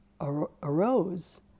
arose